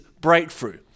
breakthrough